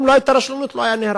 אם לא היתה רשלנות, עלא לא היה נהרג.